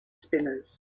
spinners